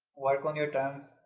work on your terms!